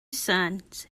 sons